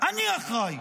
אני אחראי.